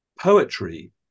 poetry